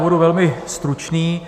Budu velmi stručný.